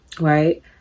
Right